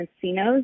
casinos